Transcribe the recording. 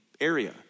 area